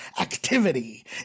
activity